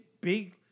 big